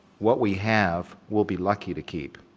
what we have we'll be lucky to keep